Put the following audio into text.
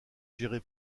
gérée